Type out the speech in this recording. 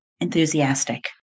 enthusiastic